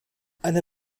eine